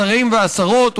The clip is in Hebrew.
השרים והשרות,